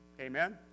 Amen